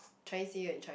Chinese New Year in China